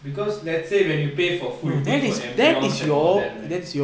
because let's say when you pay for food you pay for ambience and all that right